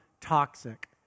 toxic